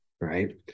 right